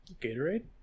Gatorade